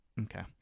Okay